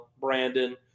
Brandon